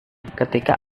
ketika